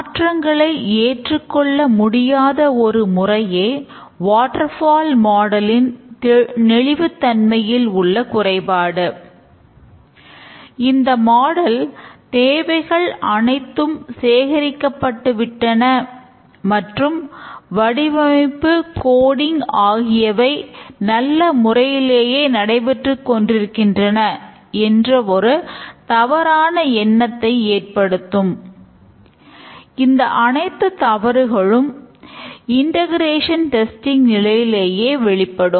மாற்றங்களை ஏற்றுக்கொள்ள முடியாத ஒரு முறையே வாட்டர் ஃபால் மாடலின் நிலையிலேயே வெளிப்படும்